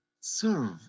serve